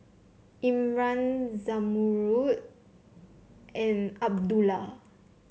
Imran Zamrud and Abdullah